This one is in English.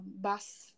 bus